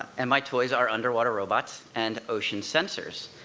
and my toys are underwater robots and ocean sensors.